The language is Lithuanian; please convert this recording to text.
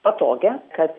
patogią kad